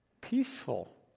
peaceful